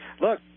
look